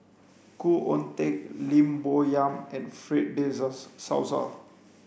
Khoo Oon Teik Lim Bo Yam and Fred de Souza